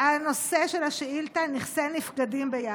הנושא של השאילתה: נכסי נפקדים ביפו.